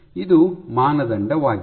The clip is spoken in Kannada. ಇದು ಮಾನದಂಡವಾಗಿದೆ